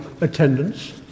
attendance